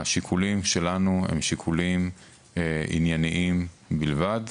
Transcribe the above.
השיקולים שלנו הם שיקולים ענייניים בלבד,